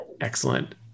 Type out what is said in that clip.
excellent